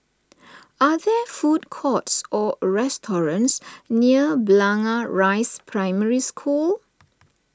are there food courts or restaurants near Blangah Rise Primary School